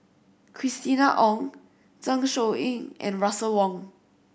Christina Ong Zeng Shouyin and Russel Wong